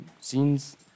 scenes